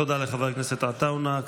תודה לחבר הכנסת עטאונה.